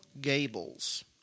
Gables